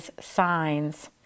signs